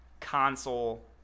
console